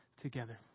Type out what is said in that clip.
together